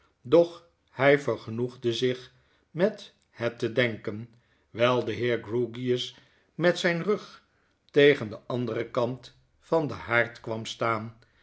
doch hij vergenoegde zich met het te denken wijl de heer grewgious met zyn rug tegen den anderen kant van den haard kwam staan